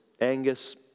Angus